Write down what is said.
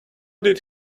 did